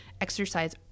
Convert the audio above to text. Exercise